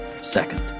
second